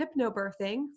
hypnobirthing